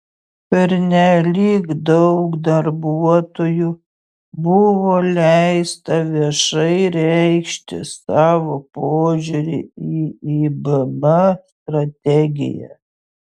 pernelyg daug darbuotojų buvo leista viešai reikšti savo požiūrį į ibm strategiją